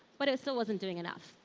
but it still wasn't doing enough.